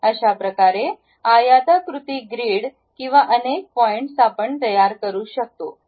अशाप्रकारे आयताकृती ग्रीड किंवा अनेक पॉइंट्स आपण तयार करू शकतो